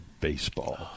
baseball